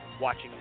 watching